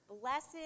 Blessed